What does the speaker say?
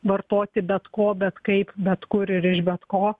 vartoti bet ko bet kaip bet kur ir iš bet ko